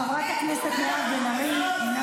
חברת הכנסת מירב בן ארי, אינה